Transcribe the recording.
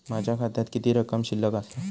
माझ्या खात्यात किती रक्कम शिल्लक आसा?